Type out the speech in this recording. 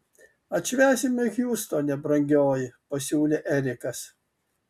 atšvęsime hjustone brangioji pasiūlė erikas